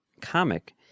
comic